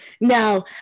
now